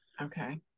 okay